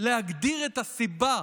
להגדיר את הסיבה,